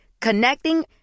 Connecting